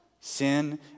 Sin